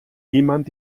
jemand